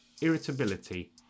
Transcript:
irritability